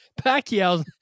pacquiao